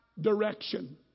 direction